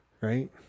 right